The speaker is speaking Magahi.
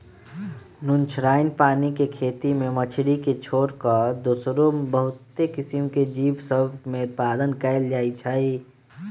नुनछ्राइन पानी के खेती में मछरी के छोर कऽ दोसरो बहुते किसिम के जीव सभ में उत्पादन कएल जाइ छइ